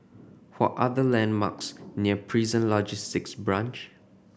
what are the landmarks near Prison Logistic Branch